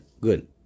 Good